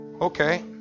Okay